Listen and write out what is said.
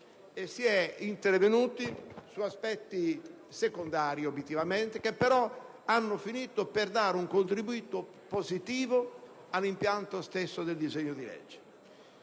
si è intervenuti su aspetti obiettivamente secondari, che però hanno finito per dare un contribuito positivo all'impianto stesso del disegno di legge.